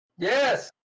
yes